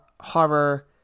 horror